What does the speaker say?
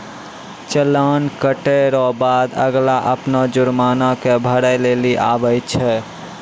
चालान कटे रो बाद अगला अपनो जुर्माना के भरै लेली आवै छै